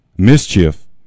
mischief